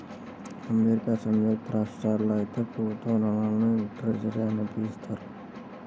America సంయుక్త రాష్ట్రాల్లో అయితే ప్రభుత్వ రుణాల్ని ట్రెజర్ అని పిలుస్తారు